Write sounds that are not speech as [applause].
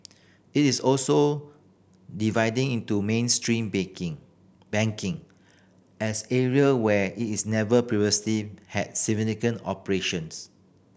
it is also dividing into Main Street baking banking as area where [unintelligible] it's never previously had significant operations